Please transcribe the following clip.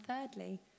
thirdly